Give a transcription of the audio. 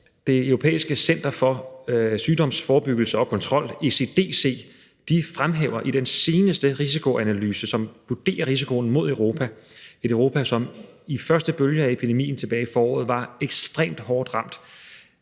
Det Europæiske Center for Forebyggelse af og Kontrol med Sygdomme, ECDC, har i den seneste risikoanalyse vurderet risikoen i Europa – et Europa, som i første bølge af epidemien tilbage i foråret var ekstremt hårdt ramt